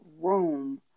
room